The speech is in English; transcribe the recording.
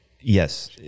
Yes